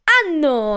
anno